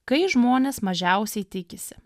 kai žmonės mažiausiai tikisi